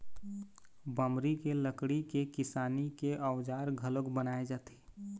बमरी के लकड़ी के किसानी के अउजार घलोक बनाए जाथे